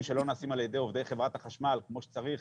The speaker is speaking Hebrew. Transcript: שלא נעשים על ידי עובדי חברת החשמל כמו שצריך,